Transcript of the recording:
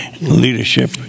leadership